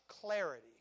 clarity